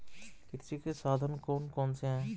कृषि के साधन कौन कौन से हैं?